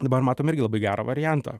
dabar matome irgi labai gerą variantą